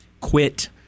quit